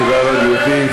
תודה רבה, גברתי.